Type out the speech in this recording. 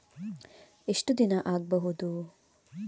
ಎಷ್ಟು ದಿನ ಆಗ್ಬಹುದು?